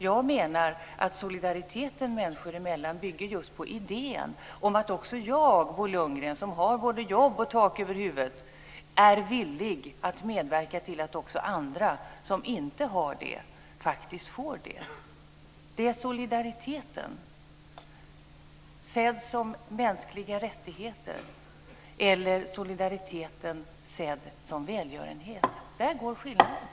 Jag menar att solidariteten människor emellan bygger just på idén om att också den som har både jobb och tak över huvudet är villig att medverka till att också andra, som inte har det, faktiskt får det. Det är solidariteten sedd som mänskliga rättigheter, eller solidariteten sedd som välgörenhet. Där går skillnaden.